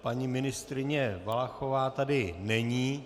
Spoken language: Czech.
Paní ministryně Valachová tady není.